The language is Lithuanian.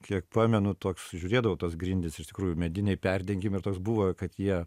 kiek pamenu toks žiūrėdavau tas grindis iš tikrųjų mediniai perdengimai ir toks buvo kad jie